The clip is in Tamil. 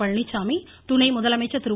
பழனிச்சாமி துணை முதலமைச்சர் திரு